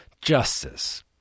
justice